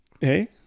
hey